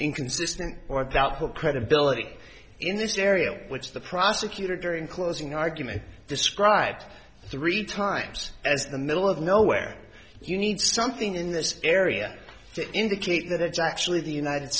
inconsistent or doubtful credibility in this area which the prosecutor during closing argument described three times as the middle of nowhere you need something in this area to indicate that it's actually the united